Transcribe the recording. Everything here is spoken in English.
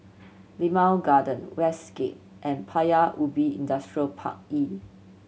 Limau Garden Westgate and Paya Ubi Industrial Park E